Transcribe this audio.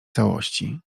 całości